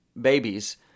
babies